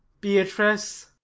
beatrice